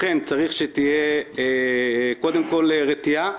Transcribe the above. לכן, צריך שתהיה, קודם כל, רתיעה,